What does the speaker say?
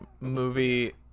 movie